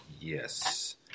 yes